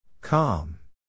Calm